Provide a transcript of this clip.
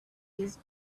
his